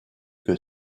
que